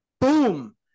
Boom